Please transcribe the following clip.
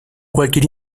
cualquier